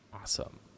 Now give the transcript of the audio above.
Awesome